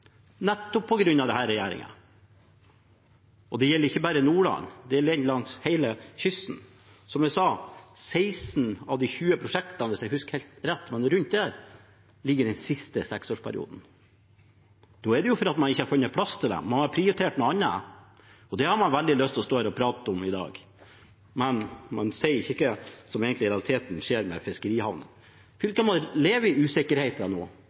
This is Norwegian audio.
nettopp på grunn av denne regjeringen. Og det gjelder ikke bare Nordland, det gjelder langs hele kysten. Som jeg sa: 16 av de 20 prosjektene – hvis jeg husker helt rett, men iallfall rundt det – ligger i den siste seksårsperioden. Da er det jo fordi man ikke har funnet plass til dem. Man har prioritert noe annet. Det har man veldig lyst til å stå her og prate om i dag, men man sier ikke hva som egentlig, i realiteten, skjer med fiskerihavnene. Fylkene må leve i usikkerhet nå,